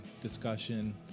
discussion